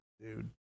dude